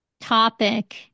topic